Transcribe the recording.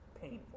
painful